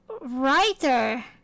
writer